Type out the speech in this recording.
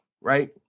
Right